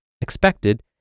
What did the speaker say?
expected